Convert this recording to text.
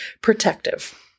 protective